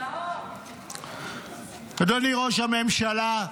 אדוני ראש הממשלה,